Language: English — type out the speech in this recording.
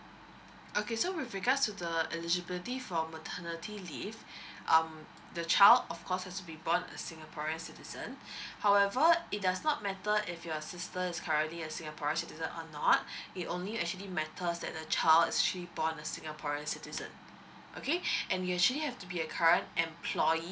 okay so with regards to the eligibility for maternity leave um the child of course has been born a singaporean citizen however it does not matter if your sister is currently a singaporean citizen or not it only actually matters that the child if she born a singaporean citizen okay and it actually have to be a current employee